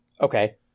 Okay